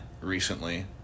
recently